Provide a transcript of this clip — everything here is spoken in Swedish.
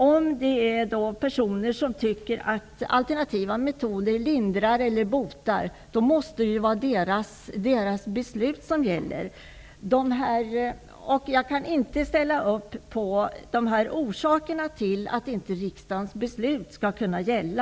Om det finns personer som tycker att alternativa metoder lindrar och botar, måste deras beslut få gälla. Jag kan inte ställa upp på orsakerna till att riksdagens beslut inte skall gälla.